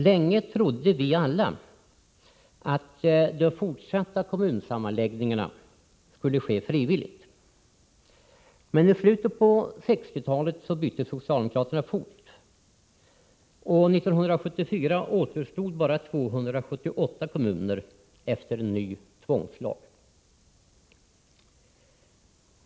Länge trodde vi alla att de fortsatta sammanläggningarna skulle ske frivilligt, men i slutet på 1960-talet bytte socialdemokraterna fot, och 1974 återstod bara 278 kommuner, efter en ny tvångslag.